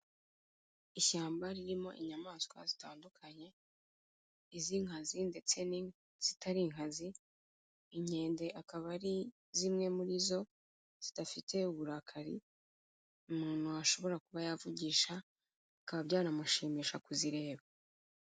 Ishyamba ririmo inyamaswa zitandukanye iz'inkazi ndetse n'izitari inkazi, inkende akaba ari zimwe muri zo zidafite uburakari umuntu washobora kuba yavugisha bikaba byanamushimisha kuzireba.